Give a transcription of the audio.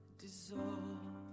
dissolve